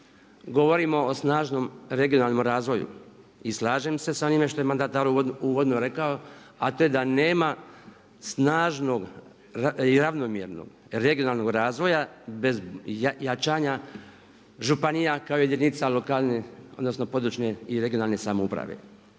govorimo o snažnom regionalnom razvoju i slažem se sa onim što je mandatar uvodno rekao, a to je da nema snažnog i ravnomjernog regionalnog razvoja bez jačanja županija kao jedinica lokalne odnosno područne i regionalne samouprave